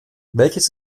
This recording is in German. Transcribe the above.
welches